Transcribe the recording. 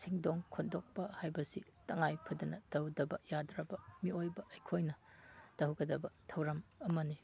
ꯁꯦꯡꯗꯣꯛ ꯈꯣꯠꯇꯣꯛꯄ ꯍꯥꯏꯕꯁꯤ ꯇꯉꯥꯏ ꯐꯗꯅ ꯇꯧꯗꯕ ꯌꯥꯗ꯭ꯔꯕ ꯃꯤꯑꯣꯏꯕ ꯑꯩꯈꯣꯏꯅ ꯇꯧꯒꯗꯕ ꯊꯧꯔꯝ ꯑꯃꯅꯤ